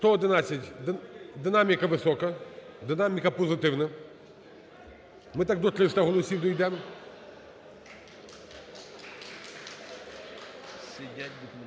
За-111 Динаміка висока, динаміка позитивна, ми так до 300 голосів дійдемо.